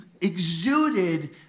exuded